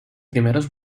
primeros